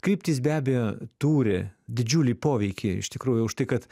kryptys be abejo turi didžiulį poveikį iš tikrųjų už tai kad